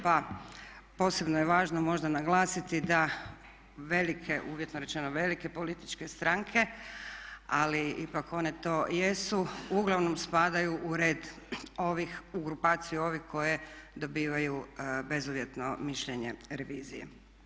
Pa posebno je važno možda naglasiti da velike, uvjetno rečeno velike političke stranke ali ipak to one jesu, uglavnom spadaju u red ovih, u grupaciju ovih koje dobivaju bezuvjetno mišljenje revizije.